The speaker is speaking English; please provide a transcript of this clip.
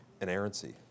inerrancy